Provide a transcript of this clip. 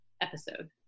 episode